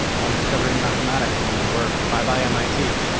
one discovery in mathematics and then we're bye-bye mit.